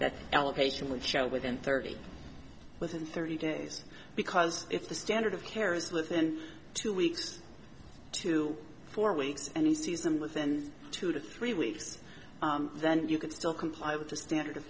that elevation would show within thirty within thirty days because if the standard of care is within two weeks to four weeks and he sees them within two to three weeks then you can still comply with the standard of